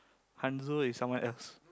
Hanzo is someone else